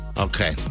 Okay